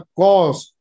cause